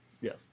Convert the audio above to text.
Yes